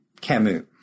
Camus